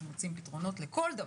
אז מוצאים פתרונות לכל דבר.